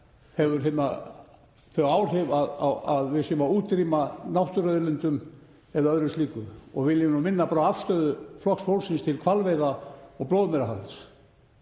ekki þau áhrif að við séum að útrýma náttúruauðlindum eða öðru slíku og vil ég minna á afstöðu Flokks fólksins til hvalveiða og blóðmerahalds.